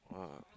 ah